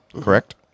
Correct